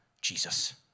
Jesus